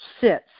sits